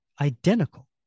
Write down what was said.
identical